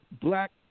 black